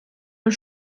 und